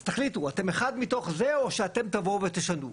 אז תחליטו אתם אחד מתוך זה או שאתם תבואו ותשנו.